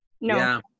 No